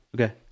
okay